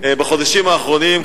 בחודשים האחרונים,